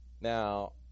Now